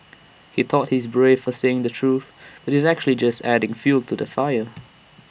he thought he's brave for saying the truth but he's actually just adding fuel to the fire